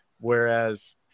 Whereas